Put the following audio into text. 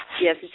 Yes